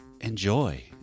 enjoy